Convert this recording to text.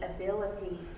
ability